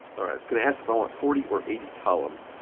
all right, it's going to ask if i want forty or eighty columns.